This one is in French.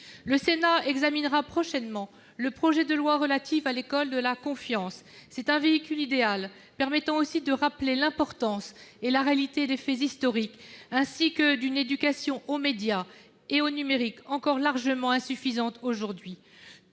Le Sénat examinera prochainement le projet de loi pour une école de la confiance. C'est un véhicule idéal pour permettre aussi de rappeler l'importance et la réalité des faits historiques ainsi que l'importance d'une éducation aux médias et au numérique, encore largement insuffisante aujourd'hui.